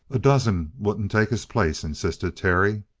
a dozen wouldn't take his place, insisted terry.